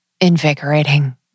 invigorating